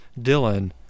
Dylan